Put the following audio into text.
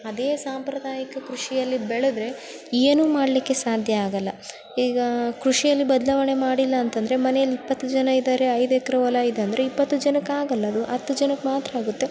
ಅದೇ ಸಾಂಪ್ರದಾಯಿಕ ಕೃಷಿಯಲ್ಲಿ ಬೆಳೆದರೆ ಏನೂ ಮಾಡಲಿಕ್ಕೆ ಸಾಧ್ಯ ಆಗೋಲ್ಲ ಈಗ ಕೃಷಿಯಲ್ಲಿ ಬದಲಾವಣೆ ಮಾಡಿಲ್ಲ ಅಂತಂದ್ರೆ ಮನೆಯಲ್ಲಿ ಇಪ್ಪತ್ತು ಜನ ಇದ್ದಾರೆ ಐದು ಎಕ್ರೆ ಹೊಲ ಇದೆ ಅಂದರೆ ಇಪ್ಪತ್ತು ಜನಕ್ಕೆ ಆಗೋಲ್ಲ ಅದು ಹತ್ತು ಜನಕ್ಕೆ ಮಾತ್ರ ಆಗುತ್ತೆ